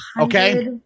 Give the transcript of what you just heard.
okay